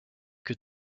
que